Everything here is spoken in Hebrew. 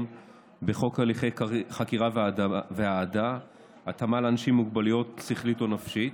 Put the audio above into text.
בחוק הליכי חקירה והעדה (התאמה לאנשים עם מוגבלות שכלית או נפשית),